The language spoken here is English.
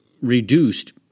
reduced